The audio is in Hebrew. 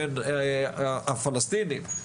הפלסטינים,